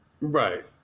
Right